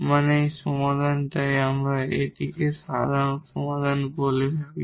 মানে এই সমাধান তাই আমরা এটিকে সাধারণ সমাধান বলতে পারি